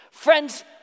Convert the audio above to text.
Friends